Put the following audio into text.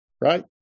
right